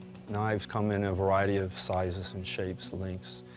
knives come in a variety of sizes and shapes, lengths.